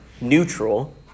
neutral